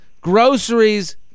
Groceries